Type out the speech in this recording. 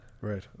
right